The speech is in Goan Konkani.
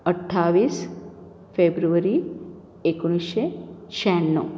अट्टावी फेब्रुवारी एकूणशें शहाण्णव